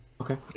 Okay